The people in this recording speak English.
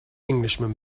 englishman